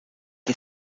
les